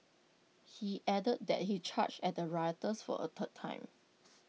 he added that he charged at the rioters for A third time